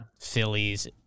Phillies